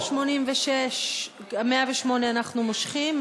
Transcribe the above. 108 אנחנו מושכים,